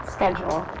Schedule